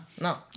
No